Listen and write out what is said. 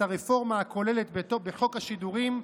את הרפורמה הכוללת בחוק השידורים,